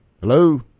Hello